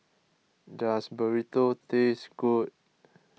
does Burrito taste good